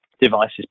device's